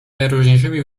najróżniejszymi